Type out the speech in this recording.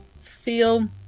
Feel